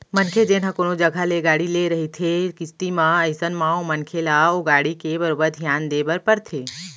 मनखे जेन ह कोनो जघा ले गाड़ी ले रहिथे किस्ती म अइसन म ओ मनखे ल ओ गाड़ी के बरोबर धियान देय बर परथे